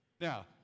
Now